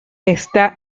está